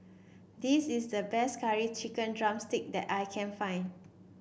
this is the best Curry Chicken drumstick that I can find